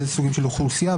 ואיזה סוגים של אוכלוסייה,